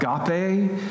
agape